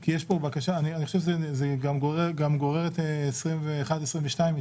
אני חושב שזה גם גורר את 21 ו-22.